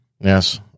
Yes